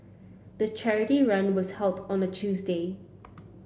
the charity run was held on a Tuesday